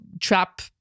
trap